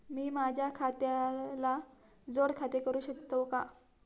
मी माझ्या खात्याला जोड खाते करू शकतो का?